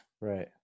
Right